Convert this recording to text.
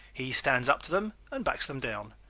he stands up to them and backs them down.